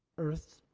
earth,